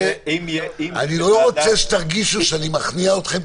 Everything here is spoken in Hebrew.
אני לא רוצה שתרגישו שאני מכניע אתכם,